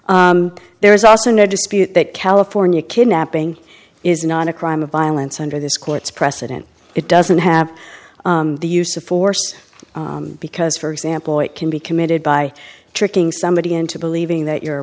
error there is also no dispute that california kidnapping is not a crime of violence under this court's precedent it doesn't have the use of force because for example it can be committed by tricking somebody into believing that you're a